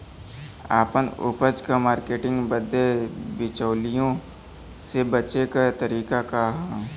आपन उपज क मार्केटिंग बदे बिचौलियों से बचे क तरीका का ह?